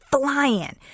flying